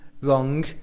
wrong